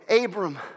Abram